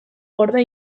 gorde